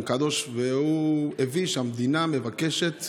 והוא מסר שהמדינה מבקשת